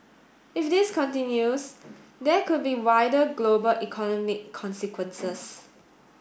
if this continues there could be wider global economic consequences